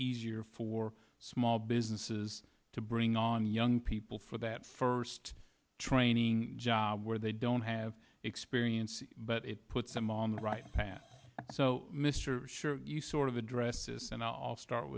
easier for small businesses to bring on young people for that first training job where they don't have experience but it puts them on the right path so mr sure you sort of addresses and i'll start